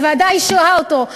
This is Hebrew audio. והוועדה אישרה אותו,